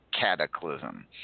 Cataclysm